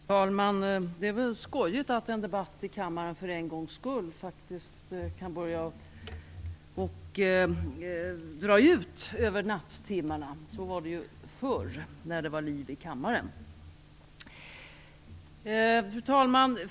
Fru talman! Det är skojigt att en debatt i kammaren för en gångs skull faktiskt kan börja dra ut över nattimmarna. Så var det ju förr, när det var liv i kammaren. Fru talman!